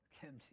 kimchi